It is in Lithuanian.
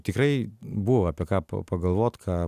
tikrai buvo apie ką pa pagalvot ką